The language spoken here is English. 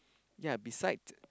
ya beside